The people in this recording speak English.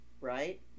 right